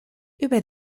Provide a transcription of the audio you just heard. über